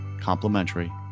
complimentary